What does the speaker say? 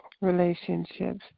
relationships